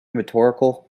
rhetorical